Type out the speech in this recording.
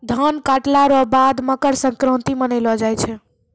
धान काटला रो बाद मकरसंक्रान्ती मानैलो जाय छै